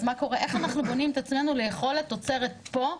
איך אנחנו בונים את עצמנו לאכול את התוצרת פה,